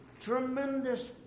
tremendous